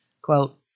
Quote